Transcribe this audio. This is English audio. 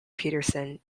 peterson